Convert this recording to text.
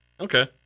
Okay